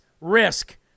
risk